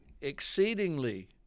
exceedingly